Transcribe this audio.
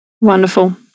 Wonderful